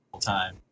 time